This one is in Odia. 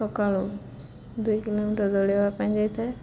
ସକାଳୁ ଦୁଇ କିଲୋମିଟର ଦୌଡ଼ବା ପାଇଁ ଯାଇଥାଏ